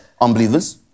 unbelievers